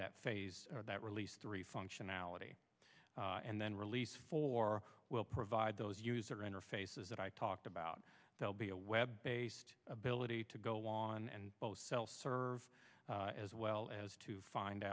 that phase that release three functionality and then release four will provide those user interfaces that i talked about they'll be a web based ability to go on and both self serve as well as to find